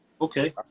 okay